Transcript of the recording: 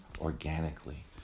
organically